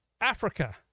Africa